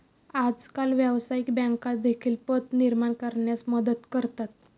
आजकाल व्यवसायिक बँका देखील पत निर्माण करण्यास मदत करतात